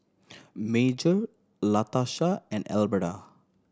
Major Latasha and Alberta